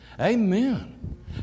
Amen